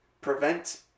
prevent